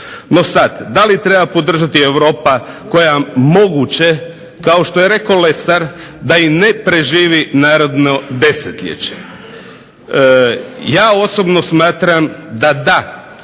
E sada, da li treba podržati Europa koja moguće kao što je rekao Lesar da i ne preživi narodno desetljeće. Ja osobno smatram da da.